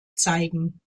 zeigen